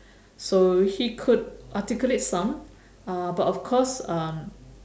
so he could articulate some uh but of course um